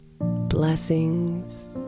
Blessings